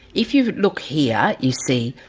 if you look here you see,